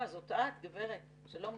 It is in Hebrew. בבקשה.